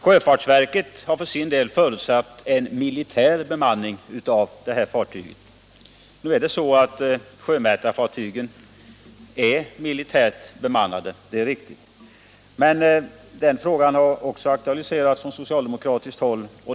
Sjöfartsverket har för sin del förutsatt militär bemanning av fartyget. Sjömätningsfartyg är nu militärt bemannade, men också den frågan har aktualiserats från socialdemokratiskt håll.